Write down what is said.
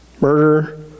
murder